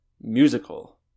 musical